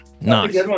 Nice